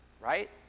right